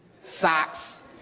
socks